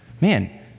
Man